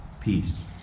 peace